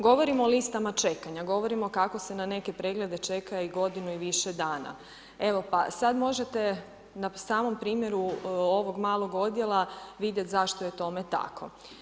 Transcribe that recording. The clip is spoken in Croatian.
Govorimo o listama čekanja, govorimo kako se na neke preglede čeka i godinu i više dana, evo pa sad možete na samom primjeru ovog malog Odjela vidjeti zašto je tome tako.